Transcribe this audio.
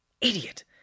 Idiot